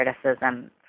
criticism